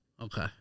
Okay